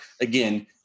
again